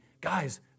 Guys